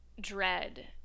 dread